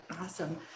Awesome